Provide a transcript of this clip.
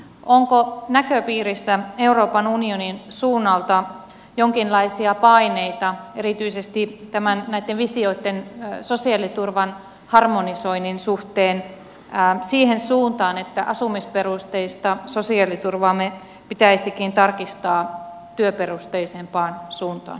onko näköpiirissä euroopan unionin suunnalta jonkinlaisia paineita erityisesti näitten visioitten sosiaaliturvan harmonisoinnista suhteen siihen suuntaan että asumisperusteista sosiaaliturvaamme pitäisikin tarkistaa työperusteisempaan suuntaan